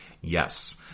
Yes